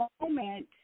moment